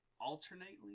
Alternately